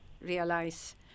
realize